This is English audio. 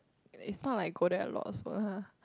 it's not like go there a lot also lah